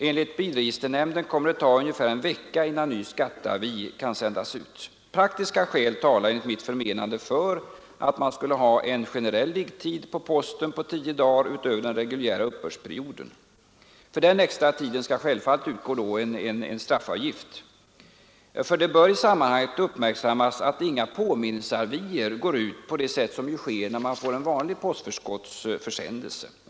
Enligt bilregisternämnden kommer det att ta ungefär en vecka innan ny skatteavi kan sändas ut. Praktiska skäl talar enligt mitt förmenande för en generell liggetid hos posten på tio dagar utöver den reguljära uppbördsperioden. För den extra tiden skall självfallet utgå en straffavgift. Det bör i sammanhanget uppmärksammas att inga påminnelseavier går ut på det sätt som ju sker när man får en vanlig postförskottsförsändelse.